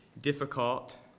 difficult